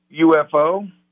UFO